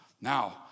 Now